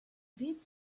did